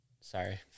Sorry